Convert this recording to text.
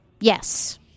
Yes